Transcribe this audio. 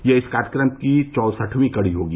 यह इस कार्यक्रम की चौसठवीं कड़ी होगी